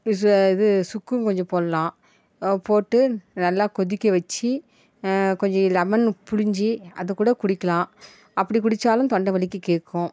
இது சுக்கும் கொஞ்சம் போடலாம் பி போட்டு நல்லா கொதிக்க வச்சு கொஞ்சம் லெமனு புளிஞ்சு அதை கூட குடிக்கலாம் அப்படி குடித்தாலும் தொண்டை வலிக்கு கேட்கும்